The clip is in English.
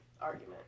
argument